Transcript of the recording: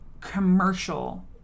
commercial